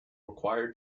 required